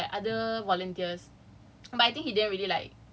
I told him in the in like a whole group of like other volunteers